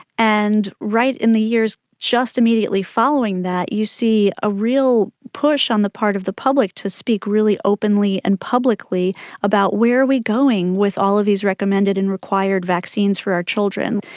and right in the years just immediately following that you see a real push on the part of the public to speak really openly and publicly about where are we going with all of these recommended and required vaccines for our children?